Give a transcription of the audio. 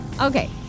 Okay